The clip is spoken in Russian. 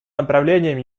направлением